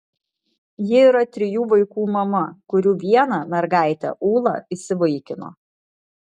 ji yra trijų vaikų mama kurių vieną mergaitę ūlą įsivaikino